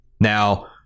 Now